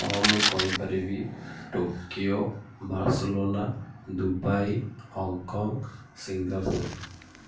ହଁ ମୁଁ କହିପାରିବି Tokyo Barcelona Dubai Hong Kong Singapore